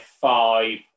five